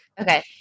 Okay